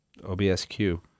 Obsq